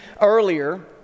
earlier